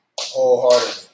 wholeheartedly